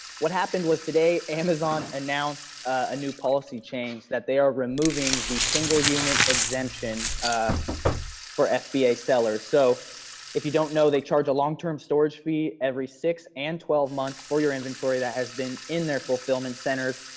what happened was, today amazon announced a new policy change that they are removing the single unit exemption ah for fba sellers. so if you don't know they charge a long term storage fee every six and twelve months for your inventory that has been in their fulfillment centers.